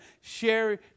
share